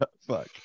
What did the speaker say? Fuck